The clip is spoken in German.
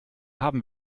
haben